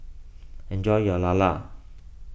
enjoy your Lala